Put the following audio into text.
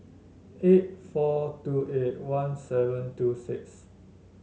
eight four two eight one seven two six